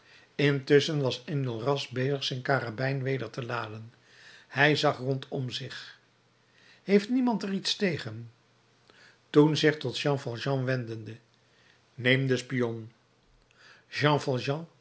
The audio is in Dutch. intusschen was enjolras bezig zijn karabijn weder te laden hij zag rondom zich heeft niemand er iets tegen toen zich tot jean valjean wendende neem den spion